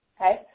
okay